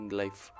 life